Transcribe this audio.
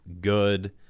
good